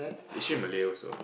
is she Malay also